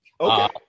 Okay